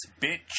bitch